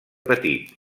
petit